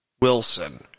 Wilson